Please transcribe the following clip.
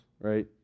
right